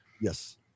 Yes